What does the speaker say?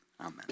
amen